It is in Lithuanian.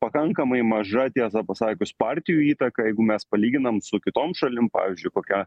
pakankamai maža tiesą pasakius partijų įtaką jeigu mes palyginame su kitom šalim pavyzdžiui kokia